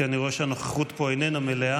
כי אני רואה שהנוכחות פה איננה מלאה.